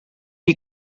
est